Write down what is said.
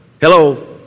Hello